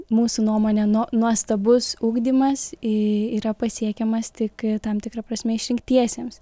mūsų nuomone nuo nuostabus ugdymas yra pasiekiamas tik tam tikra prasme išrinktiesiems